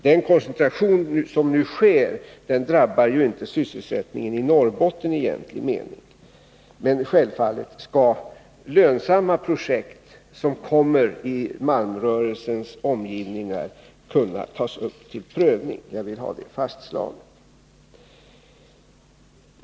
Den koncentration som nu sker drabbar inte sysselsättningen i Norrbotten i egentlig mening. Men självfallet skall lönsamma projekt i malmrörelsens omgivningar kunna tas upp till prövning — jag vill ha det fastslaget.